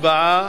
הצבעה